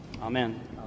Amen